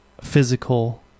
Physical